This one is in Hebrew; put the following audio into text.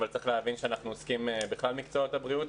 אבל צריך להבין שאנחנו עוסקים בכלל מקצועות הבריאות,